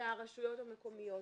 מהרשויות המקומיות.